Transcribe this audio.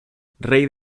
rey